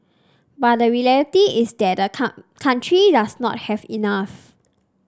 but the reality is that the country does not have enough